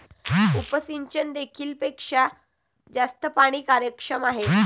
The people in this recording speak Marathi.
उपसिंचन देखील पेक्षा जास्त पाणी कार्यक्षम आहे